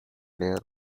player